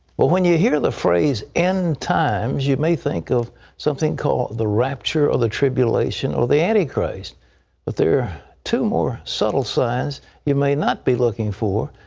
well, when you hear the phrase, end times, you may think of something called the rapture or the tribulation, or the antichrist. but there are two more subtle signs you may not be looking for.